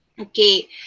Okay